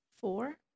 four